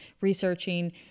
researching